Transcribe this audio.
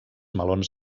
melons